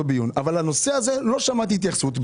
הדברים אבל לנושא הזה לא שמעתי התייחסות.